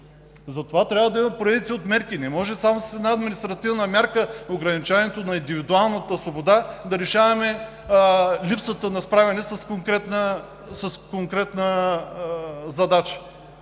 Затова трябва да има поредица от мерки. Не може само с една административна мярка и ограничаване на индивидуалната свобода да решаваме липсата на справяне с конкретна задача.